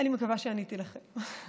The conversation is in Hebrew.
אני מקווה שעניתי לכם.